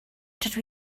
dydw